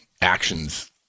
actions